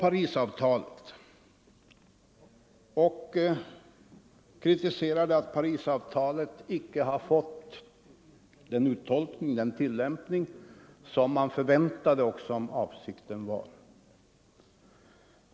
Fru Dahl kritiserade att Parisavtalet inte fått den tillämpning som var avsikten och som man förväntade.